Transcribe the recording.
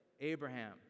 Abraham